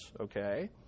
okay